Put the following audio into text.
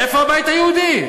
איפה הבית היהודי?